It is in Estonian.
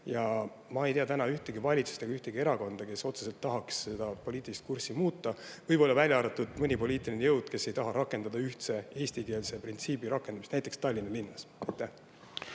Ja ma ei tea täna ühtegi valitsust ega ühtegi erakonda, kes otseselt tahaks seda poliitilist kurssi muuta, võib-olla välja arvatud mõni poliitiline jõud, kes ei taha rakendada ühtse eesti keele printsiibi rakendamist näiteks Tallinna linnas.